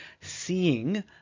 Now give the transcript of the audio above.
seeing